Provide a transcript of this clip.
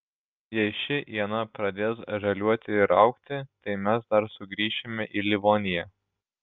jei ši iena pradės žaliuoti ir augti tai mes dar sugrįšime į livoniją